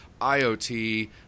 IoT